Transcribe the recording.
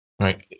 Right